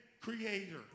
creator